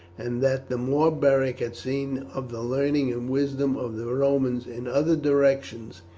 and that the more beric had seen of the learning and wisdom of the romans in other directions,